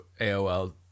aol